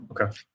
okay